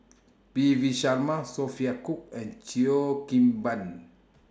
P V Sharma Sophia Cooke and Cheo Kim Ban